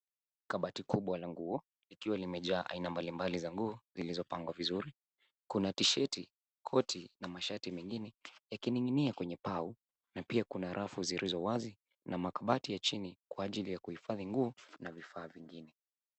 Kabati kubwa la nguo likiwa limejaa aina mbali mbali za nguo zilizo pangwa vizuri kuna T- shati, koti na mashati mengine yakininginia kwenye pao na pia kuna rafu zilizo wazi na makabati ya chini kwa ajili ya kuhifadhi nguo na vifaa vingine.